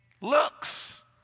Looks